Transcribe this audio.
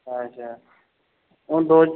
अच्छा हून दो